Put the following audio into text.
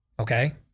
okay